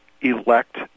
elect